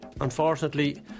unfortunately